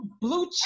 Blue